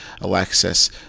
Alexis